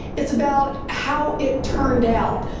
it's about how it turned out.